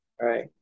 right